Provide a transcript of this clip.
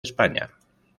españa